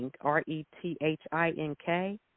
R-E-T-H-I-N-K